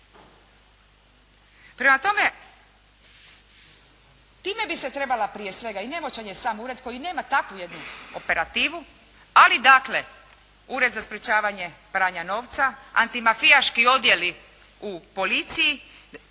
Prema tome, time bi se trebala prije svega, i nemoćan je sam ured koji nema takvu jednu operativu, ali dakle, Ured za sprječavanje pranja novca, antimafijaški odjeli u policiji,